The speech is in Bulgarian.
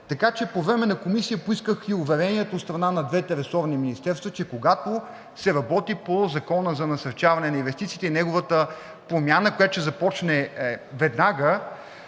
редакция. По време на Комисията поисках и уверението от страна на двете ресорни министерства, че когато се работи по Закона за насърчаване на инвестициите и неговата промяна, която ще започне веднага,